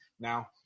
Now